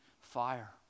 fire